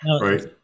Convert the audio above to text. Right